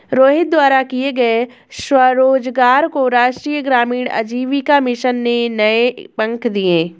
रोहित द्वारा किए गए स्वरोजगार को राष्ट्रीय ग्रामीण आजीविका मिशन ने नए पंख दिए